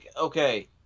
okay